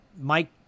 Mike